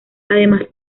además